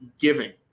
giving